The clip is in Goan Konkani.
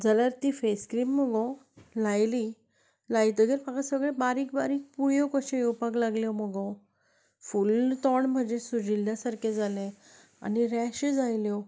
जाल्यार ती फेस क्रीम मगो लायली लायतकच म्हाका सगळ्यो बारीक बारीक पुळयो कश्यो येवपाक लागल्यो मगो फूल तोंड म्हजें सुजिल्ल्या सारकें जालें आनी रॅशीज आयल्यो